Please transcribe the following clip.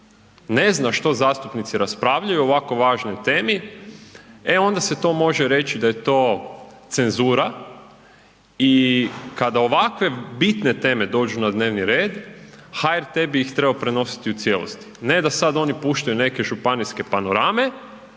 ne zna što zastupnici raspravljaju o ovako važnoj temi, e onda se to može reći da je to cenzura i kada ovakve bitne teme dođu na dnevni red, HRT bi ih trebao prenositi u cijelosti, ne da sad oni puštaju neke županijske panorame,